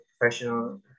professional